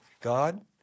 God